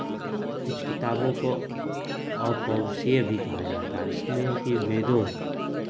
कुछ किताबों को अपरुषीय भी कहा जाता है जिसमें कि वेदों